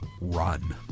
run